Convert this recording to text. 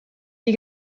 die